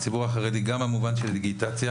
הציבור החרדי גם במובן של דיגיטציה